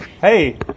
Hey